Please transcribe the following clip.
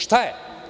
Šta je?